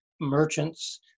merchants